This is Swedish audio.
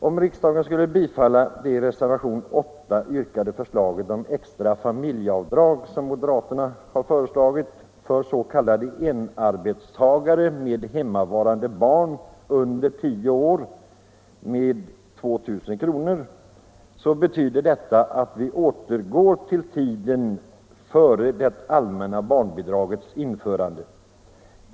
Om riksdagen skulle bifalla det i reservationen 8 framlagda förslaget om extra familjeavdrag med 2 000 kr. för s.k. enarbetstagare med hemmavarande barn under 10 år betyder detta att vi återgår till de förhållanden vi hade före det allmänna barnbidragets införande.